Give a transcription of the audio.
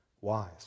wise